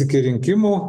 iki rinkimų